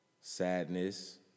sadness